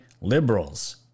liberals